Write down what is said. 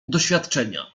doświadczenia